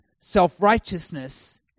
self-righteousness